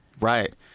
Right